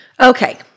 Okay